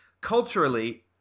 Culturally